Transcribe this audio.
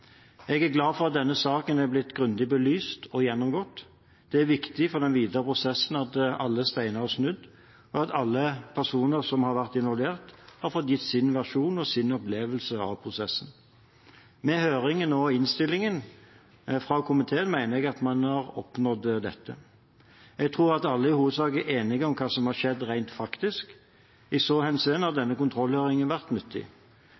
Jeg er glad for at denne saken er blitt grundig belyst og gjennomgått. Det er viktig for den videre prosessen at alle steiner er snudd, og at alle personer som har vært involvert, har fått gitt sin versjon og sin opplevelse av prosessen. Med høringen og innstillingen fra komiteen mener jeg man har oppnådd dette. Jeg tror alle i hovedsak er enige om hva som har skjedd rent faktisk. I så henseende har denne kontrollhøringen vært nyttig.